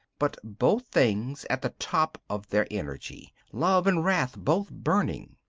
but both things at the top of their energy love and wrath both burning.